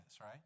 right